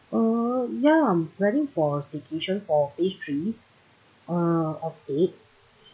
uh yeah I'm planning for a staycation for family uh of eight